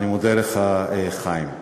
אני מודה לך, חיים.